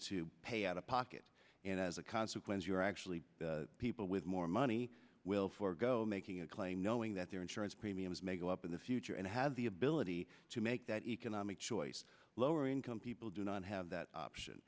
to pay out of pocket and as a consequence you're actually people with more money will forego making a claim knowing that their insurance premiums may go up in the future and have the ability to make that economic choice lower income people do not have that option